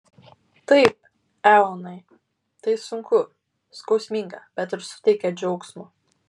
taip eonai tai sunku skausminga bet ir suteikia džiaugsmo